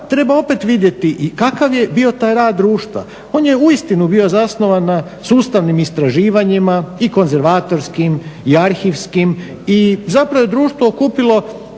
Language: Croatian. treba opet vidjeti i kakav je bio taj rad društva, on je u istinu bio zasnovan na sustavnim istraživanjima i konzervatorskim i arhivskim. I zapravo je društvo okupilo